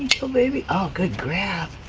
chill baby oh good grab